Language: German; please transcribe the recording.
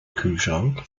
kühlschrank